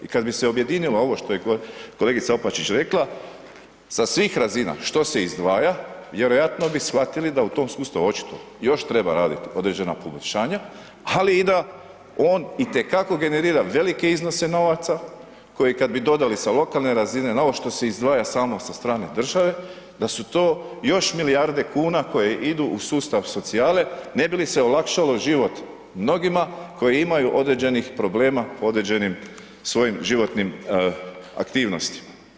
I kad bi se objedinilo ovo što je kolegica Opačić rekla, sa svih razina što se izdvaja, vjerovatno bi shvatili da u tom sustavu očito još treba raditi određena poboljšanja ali i da on itekako generira velike iznose novaca koji kad bi dodali sa lokalne razine na ovo što se izdvaja samo sa strane države, da su to još milijarde kuna koje idu u sustav socijale ne bi li se olakšalo život mnogima koji imaju određenih problema u određenim svojim životnim aktivnostima.